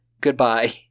Goodbye